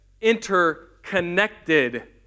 interconnected